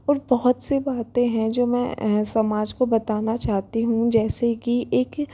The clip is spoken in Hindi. और बहुत सी बातें हैं जो मैं समाज को बताना चाहती हूँ जैसे कि